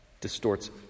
distorts